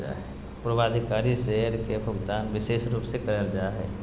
पूर्वाधिकारी शेयर के भुगतान विशेष रूप से करल जा हय